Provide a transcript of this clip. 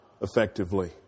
effectively